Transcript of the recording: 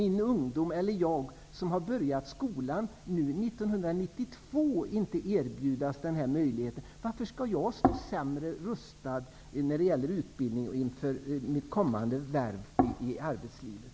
inte skall kunna erbjudas denna möjlighet? Varför skall de stå sämre rustade när det gäller utbildning inför kommande värv i arbetslivet?